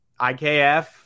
ikf